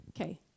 Okay